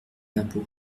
d’impôt